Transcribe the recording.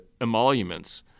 emoluments